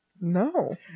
No